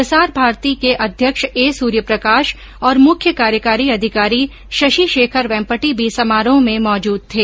प्रसार भारती अध्यक्ष ए सूर्यप्रकाश और मुख्य कार्यकारी अधिकारी शशि शेखर वेम्पटि मी समारोह में मौजूद थे